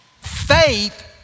faith